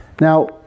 Now